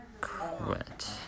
Quit